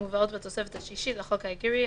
המובאות בתוספות השלישית לחוק העיקרי,